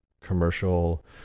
commercial